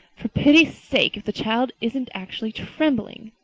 for pity's sake, if the child isn't actually trembling!